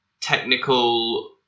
technical